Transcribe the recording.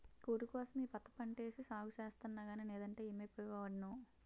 కూటికోసం ఈ పత్తి పంటేసి సాగు సేస్తన్నగానీ నేదంటే యేమైపోయే వోడ్నో